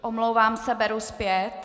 Omlouvám se, beru zpět.